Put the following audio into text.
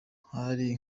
hari